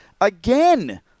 again